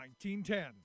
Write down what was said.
1910